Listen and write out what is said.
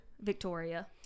Victoria